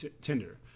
Tinder